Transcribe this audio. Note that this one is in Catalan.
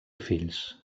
fills